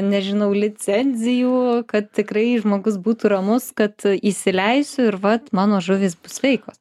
nežinau licenzijų kad tikrai žmogus būtų ramus kad įsileisiu ir vat mano žuvys bus sveikos